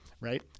right